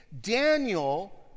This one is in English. Daniel